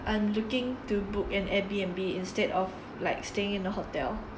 I'm looking to book an Airbnb instead of like staying in the hotel